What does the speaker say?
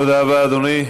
תודה רבה, אדוני.